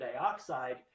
dioxide